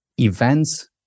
events